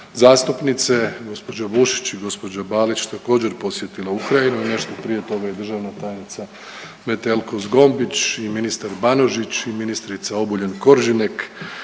zastupnice gospođa Bušić i gospođa Balić također posjetile Ukrajinu i nešto prije toga i državna tajnica Metelko Zgombić i ministar Banožić i ministrica Obuljen Koržinek